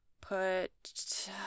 put